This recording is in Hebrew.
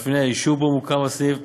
מאפייני היישוב שבו ממוקם הסניף,